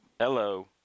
Hello